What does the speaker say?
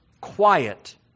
quiet